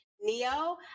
Neo